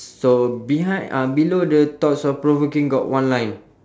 so behind um below the thoughts of provoking got one line